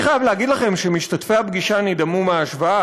אני חייב להגיד לכם שמשתתפי הפגישה נדהמו מההשוואה,